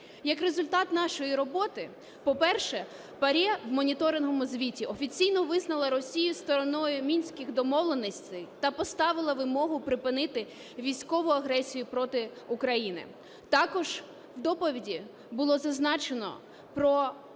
Як результат нашої роботи, по-перше, ПАРЄ в моніторинговому звіті офіційно визнала Росію стороною Мінських домовленостей та поставила вимогу припинити військову агресію проти України. Також у доповіді було зазначено про